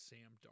Sam